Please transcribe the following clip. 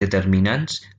determinants